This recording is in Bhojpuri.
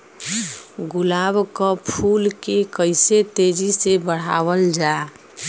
गुलाब क फूल के कइसे तेजी से बढ़ावल जा?